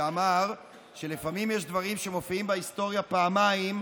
שאמר שלפעמים יש דברים שמופיעים בהיסטוריה פעמים,